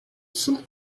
сум